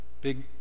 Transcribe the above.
big